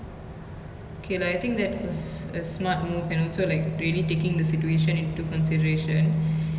and I think um but I cannot blame the master like production crew for wanting to delay their release I think like